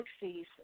galaxies